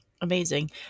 Amazing